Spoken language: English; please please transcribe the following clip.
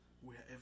wherever